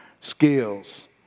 skills